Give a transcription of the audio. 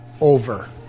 over